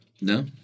No